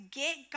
get